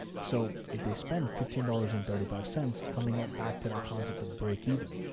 so if they spend fifteen dollars and thirty five cents coming up back to that concept of breakeven,